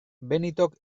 benitok